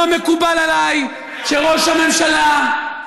לא מקובל עליי שראש הממשלה,